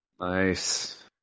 Nice